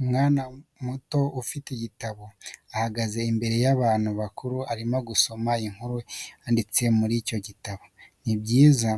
Umwana muto afite igitabo ahagaze imbere y'abantu bakuru arimo gusoma inkuru yanditse muri icyo gitabo. Ni byiza